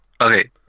Okay